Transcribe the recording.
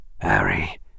Harry